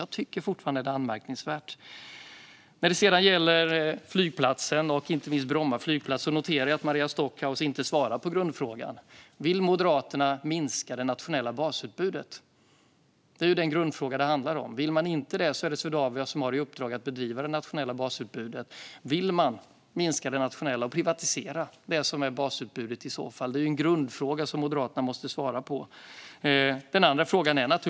Jag tycker fortfarande att det är anmärkningsvärt. När det gäller inte minst Bromma flygplats noterar jag att Maria Stockhaus inte svarar på grundfrågan: Vill Moderaterna minska det nationella basutbudet? Det är den grundfråga det handlar om. Vill man inte det? Det är Swedavia som har i uppdrag att driva det nationella basutbudet. Vill man minska det nationella och privatisera basutbudet? Det är en grundfråga som Moderaterna måste svara på.